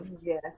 Yes